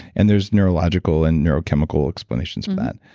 and there's neurological and neurochemical explanations for that.